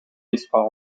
espoir